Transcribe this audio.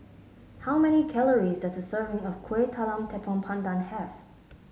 how many calories does a serving of Kueh Talam Tepong Pandan have